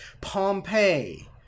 Pompeii